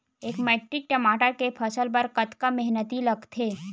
एक मैट्रिक टमाटर के फसल बर कतका मेहनती लगथे?